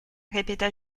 répéta